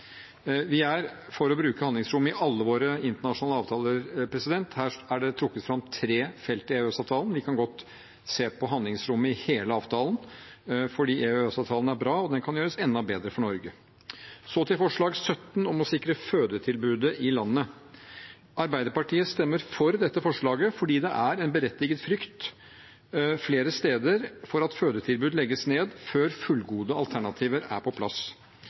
Vi er for å bruke handlingsrommet i alle våre internasjonale avtaler. Her er det trukket fram tre felt i EØS-avtalen, men vi kan godt se på handlingsrommet i hele avtalen, for EØS-avtalen er bra, og den kan gjøres enda bedre for Norge. Så til forslag nr. 17, om å sikre fødetilbudet i landet. Arbeiderpartiet vil stemme for dette forslaget fordi det er en berettiget frykt flere steder for at fødetilbud legges ned før fullgode alternativer er på plass.